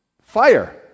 fire